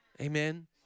Amen